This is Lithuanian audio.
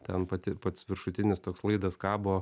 ten pati pats viršutinis toks laidas kabo